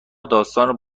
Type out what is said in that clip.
داستان